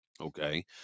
Okay